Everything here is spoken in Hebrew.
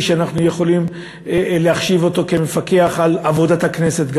שאנחנו יכולים להחשיב כמפקח גם על עבודת הכנסת,